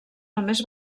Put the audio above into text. només